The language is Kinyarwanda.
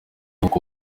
nkuko